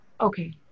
okay